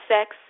sex